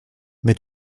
mais